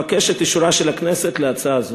אבקש את אישורה של הכנסת להצעה זו.